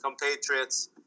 compatriots